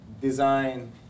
design